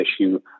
issue